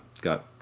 got